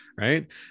right